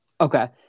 Okay